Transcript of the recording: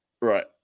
Right